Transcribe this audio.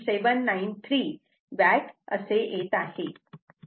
793 watt असे येत आहे